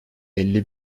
elli